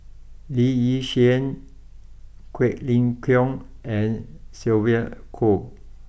Lee Yi Shyan Quek Ling Kiong and Sylvia Kho